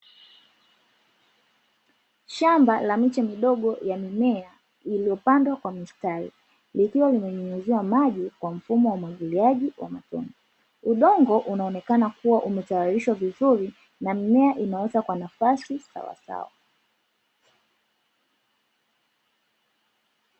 Shamba la miche midogo ya mimea iliyopandwa kwa mistari, likiwa limenyunyuziwa maji kwa mfumo wa umwagiliaji wa matone. Udongo unaonekana kuwa umetayarishwa vizuri na mimea inaota kwa nafasi sawasawa.